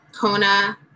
Kona